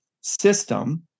system